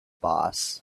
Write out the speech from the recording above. boss